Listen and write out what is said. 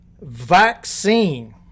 vaccine